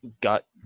got